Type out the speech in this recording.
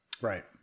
Right